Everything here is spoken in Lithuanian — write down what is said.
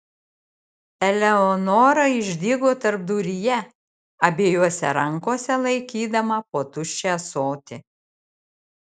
eleonora išdygo tarpduryje abiejose rankose laikydama po tuščią ąsotį